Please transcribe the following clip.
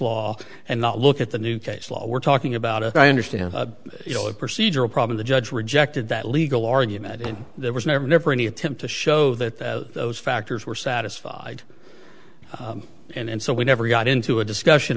law and not look at the new case law we're talking about it i understand you know a procedural problem the judge rejected that legal argument and there was never never any attempt to show that those factors were satisfied and so we never got into a discussion